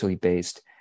based